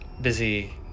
Busy